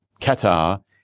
Qatar